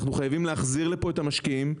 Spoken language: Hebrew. אנחנו חייבים להחזיר לפה את המשקיעים.